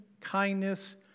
kindness